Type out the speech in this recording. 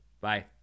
Bye